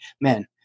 man